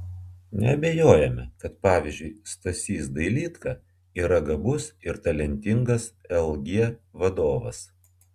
neabejojame kad pavyzdžiui stasys dailydka yra gabus ir talentingas lg vadovas